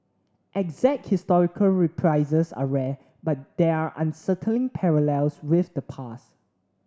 exact historical reprises are rare but they're unsettling parallels with the past